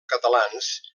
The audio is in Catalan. catalans